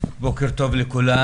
בוקר טוב לכולם,